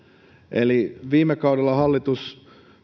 viime kaudella hallitus